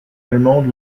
allemande